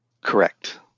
Correct